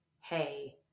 hey